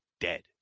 dead